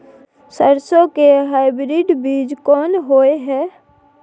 सरसो के हाइब्रिड बीज कोन होय है?